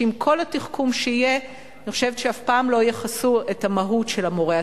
שעם כל התחכום שיהיה אני חושבת שאף פעם לא יכסו את המהות של המורה הטוב.